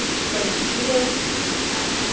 spicy cheetos out.